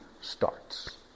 starts